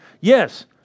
Yes